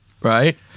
Right